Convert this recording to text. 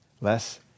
Less